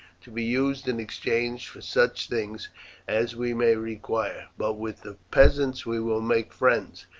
to be used in exchange for such things as we may require. but with the peasants we will make friends,